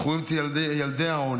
אנחנו רואים את ילדי העוני.